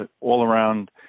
all-around